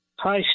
Hi